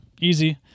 Easy